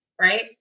right